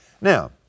Now